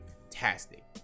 fantastic